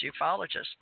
ufologists